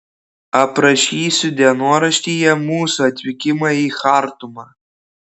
aprašysiu dienoraštyje mūsų atvykimą į chartumą